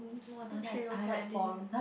no I think three room can already